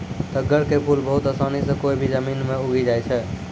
तग्गड़ के फूल बहुत आसानी सॅ कोय भी जमीन मॅ उगी जाय छै